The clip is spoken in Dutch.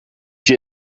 gin